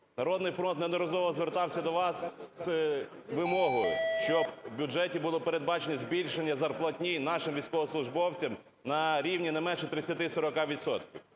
"Народний фронт" неодноразово звертався до вас з вимогою, щоб в бюджеті було передбачено збільшення зарплатні нашим військовослужбовцям на рівні не менше 30-40